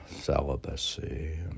celibacy